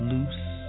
Loose